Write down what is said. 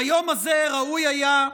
ביום הזה ראוי היה,